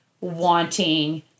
wanting